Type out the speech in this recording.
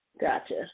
Gotcha